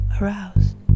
aroused